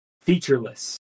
featureless